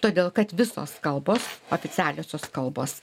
todėl kad visos kalbos oficialiosios kalbos